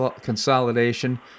Consolidation